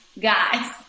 guys